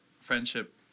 friendship